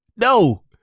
No